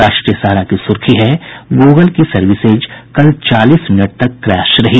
राष्ट्रीय सहारा की सुर्खी है गूगल की सर्विसेज कल चालीस मिनट तक क्रैश रही